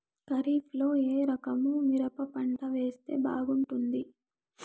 ఖరీఫ్ లో ఏ రకము మిరప పంట వేస్తే బాగుంటుంది